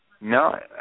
No